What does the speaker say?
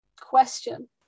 Question